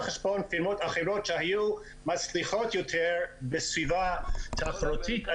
חשבון פירמות אחרות שהיו מצליחות יותר בסביבה תחרותית.